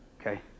okay